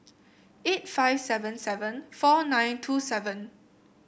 eight five seven seven four nine two seven